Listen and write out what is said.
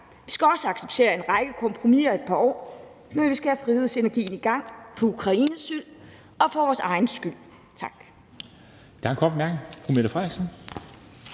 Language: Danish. Vi skal også acceptere en række kompromiser i et par år, men vi skal have gang i frihedsenergien for Ukraines skyld og for vores egen skyld. Tak.